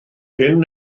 hyn